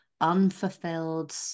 unfulfilled